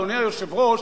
אדוני היושב-ראש,